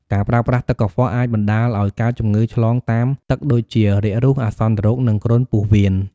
ការប្រើប្រាស់ទឹកកខ្វក់អាចបណ្តាលឲ្យកើតជំងឺឆ្លងតាមទឹកដូចជា រាគរូស អាសន្នរោគ និងគ្រុនពោះវៀន។